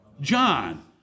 John